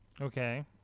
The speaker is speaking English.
Okay